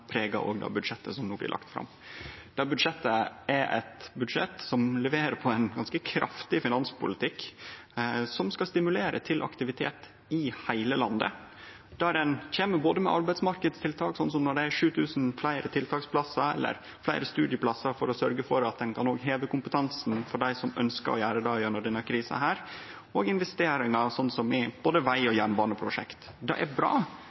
budsjettet som no blir lagt fram. Det budsjettet er eit budsjett som leverer på ein ganske kraftig finanspolitikk som skal stimulere til aktivitet i heile landet, der ein kjem med både arbeidsmarknadstiltak, sånn som når det er 7 000 fleire tiltaksplassar, eller fleire studieplassar for å sørge for at ein kan heve kompetansen for dei som ønskjer å gjere det gjennom denne krisa her, og investeringar, sånn som i både veg- og jernbaneprosjekt. Det er bra,